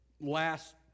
last